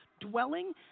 dwelling